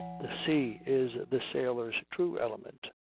the sea is the sailor's true element,